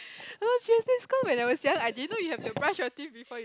no seriously cause when I was young I didn't know you have to brush your teeth before you